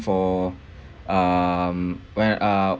for um when uh